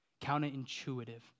counterintuitive